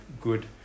good